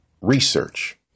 research